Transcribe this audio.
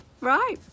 Right